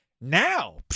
Now